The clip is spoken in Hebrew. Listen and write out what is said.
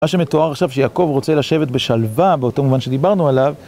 מה שמתואר עכשיו שיעקב רוצה לשבת בשלווה, באותו מובן שדיברנו עליו,